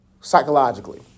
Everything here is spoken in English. psychologically